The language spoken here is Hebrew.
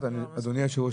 אדוני יושב הראש,